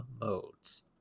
modes